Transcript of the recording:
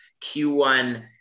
Q1